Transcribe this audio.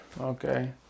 Okay